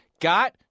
got